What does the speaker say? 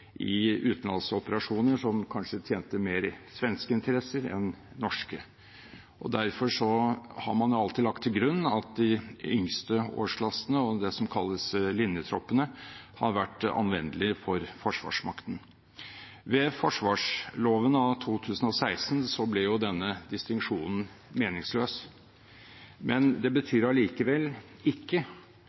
i utenlandsoperasjoner, som kanskje tjente svenske interesser mer enn norske. Derfor har man alltid lagt til grunn at de yngste årsklassene, det som kalles «linjetroppene», har vært anvendelig for forsvarsmakten. Ved forsvarslovene av 2016 ble denne distinksjonen meningsløs, men det betyr allikevel ikke